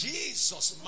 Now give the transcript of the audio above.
Jesus